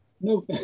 No